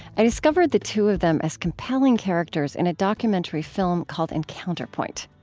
i discovered the two of them as compelling characters in a documentary film called encounter point.